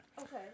Okay